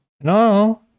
No